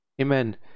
Amen